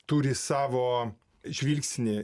turi savo žvilgsnį